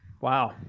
Wow